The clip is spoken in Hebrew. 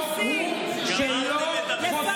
שלא חוסמים כבישים.